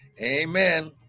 amen